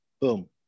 boom